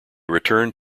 returned